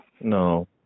no